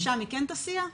לשם היא כן תסיע את ההסעות?